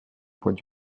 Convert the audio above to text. poids